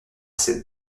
ces